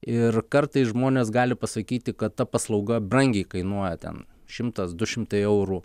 ir kartais žmonės gali pasakyti kad ta paslauga brangiai kainuoja ten šimtas du šimtai eurų